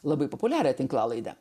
labai populiarią tinklalaidę